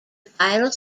file